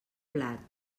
blat